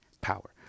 power